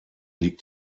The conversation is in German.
liegt